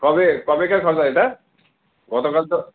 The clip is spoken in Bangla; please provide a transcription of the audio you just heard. কবে কবেকার কথা এটা গতকাল তো